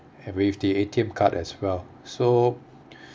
and with the A_T_M card as well so